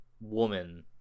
woman